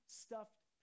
stuffed